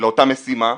לאותה משימה,